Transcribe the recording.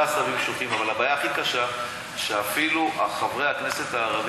חברים, יש עשבים שוטים.